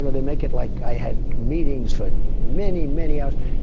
they make it like i had meetings for many, many hours.